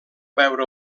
veure